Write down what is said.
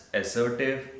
assertive